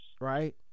right